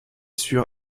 sur